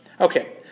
Okay